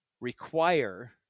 require